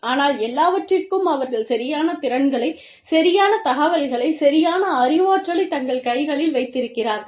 ஆனால் எல்லாவற்றிற்கும் அவர்கள் சரியான திறன்களை சரியான தகவல்களை சரியான அறிவாற்றலை தங்கள் கைகளில் வைத்திருக்கிறார்கள்